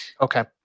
Okay